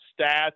stats